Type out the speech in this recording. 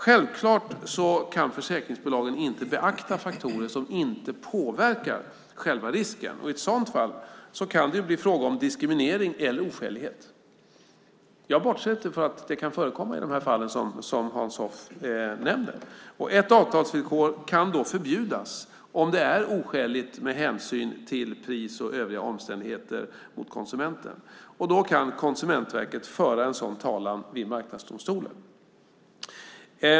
Självklart kan försäkringsbolagen inte beakta faktorer som inte påverkar själva risken. I ett sådant fall kan det bli fråga om diskriminering eller oskälighet. Jag bortser inte från att det kan förekomma i de fall som Hans Hoff nämner. Ett avtalsvillkor kan då förbjudas om det är oskäligt med hänsyn till pris och övriga omständigheter mot konsumenten. Då kan Konsumentverket föra en sådan talan i Marknadsdomstolen.